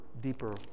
deeper